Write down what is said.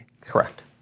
Correct